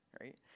right